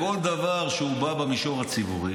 בכל דבר שהוא במישור הציבורי,